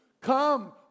come